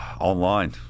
Online